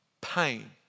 pain